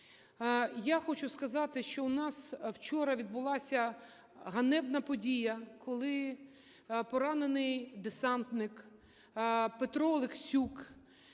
Я хочу сказати, що у нас вчора відбулася ганебна подія, коли поранений десантник Петро Олексюк